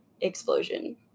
explosion